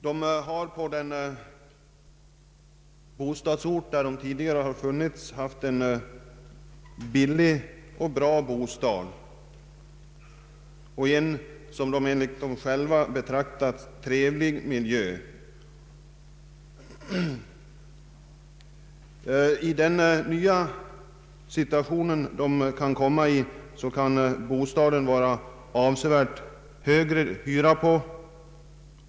De har på den ort där de tidigare vistats haft en billig och bra bostad och bott i en enligt deras egen uppfattning trevlig miljö. I den nya situationen kan bostaden vara avsevärt dyrare.